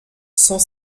cent